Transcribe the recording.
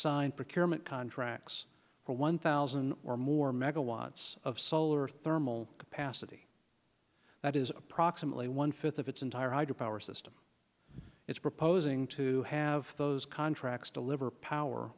procurement contracts for one thousand or more megawatts of solar thermal capacity that is approximately one fifth of its entire hydro power system it's proposing to have those contracts deliver power